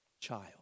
child